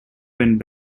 went